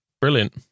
brilliant